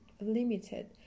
limited